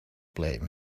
blame